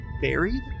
buried